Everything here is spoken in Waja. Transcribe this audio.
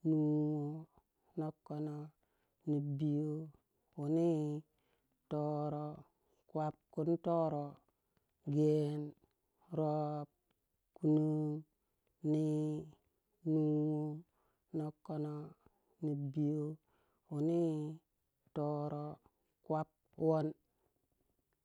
puwo, nokono nibiyo, wuni toro, kwab, kun toro, gen, rob, kunon, nii, nuwo, noka no nibiyo, wuni, toro, kwab kun nuni, gen, rob, kunon, nii, nuwo, nokono, nibiyo, wuni, toro, kwab, kun toro, gen, rob, kunon, nii, nuwo, nokono, nibiyo, wuni, toro, kwab,